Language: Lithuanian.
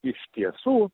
iš tiesų